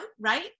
right